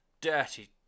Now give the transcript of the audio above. dirty